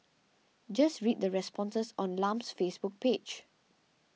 just read the responses on Lam's Facebook page